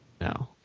No